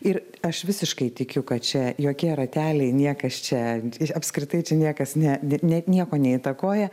ir aš visiškai tikiu kad čia jokie rateliai niekas čia ir apskritai čia niekas ne net nieko neįtakoja